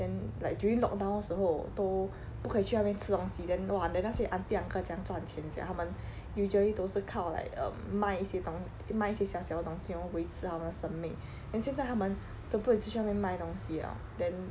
then like during lockdown 的时候都不可以去那边吃东西 then !wah! then 那些 aunty uncle 怎样赚钱 sia 他们 usually 都是靠 like um 卖一些东卖一些小小的东西然后维持他们生命 then 现在他们都不可以出去外面卖东西了 then